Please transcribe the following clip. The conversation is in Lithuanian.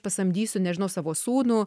pasamdysiu nežinau savo sūnų